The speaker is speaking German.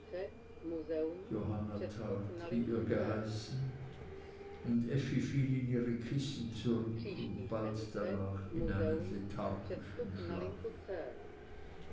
johanna tat wie ihr geheißen und effi fiel in ihre kissen zurück und bald danach in einen lethargischen schlaf